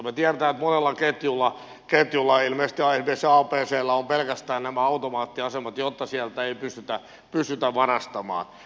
me tiedämme että monella ketjulla ilmeisesti esimerkiksi abcllä on pelkästään nämä automaattiasemat jotta sieltä ei pystytä varastamaan